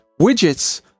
widgets